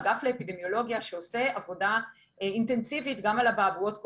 האגף לאפידמיולוגיה שעושה עבודה אינטנסיבית גם על אבעבועות קוף,